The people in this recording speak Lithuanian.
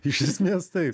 iš esmės taip